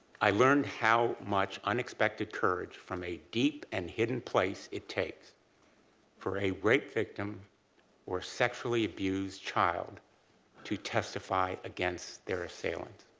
i learned how much unexpected courage from a deep and hidden place it takes for a rape victim or sexually abused child to testify against their assailant.